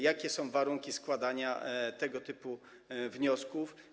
Jakie są warunki składania tego typu wniosków?